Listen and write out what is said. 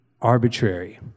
arbitrary